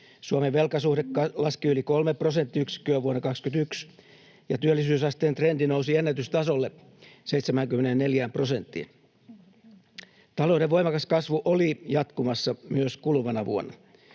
Suomen velkasuhde laski yli kolme prosenttiyksikköä vuonna 21 ja työllisyysasteen trendi nousi ennätystasolle, 74 prosenttiin. Talouden voimakas kasvu oli jatkumassa myös kuluvana vuonna.